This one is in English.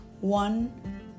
one